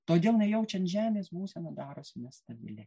todėl nejaučiant žemės būsena darosi nestabili